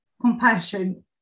Compassion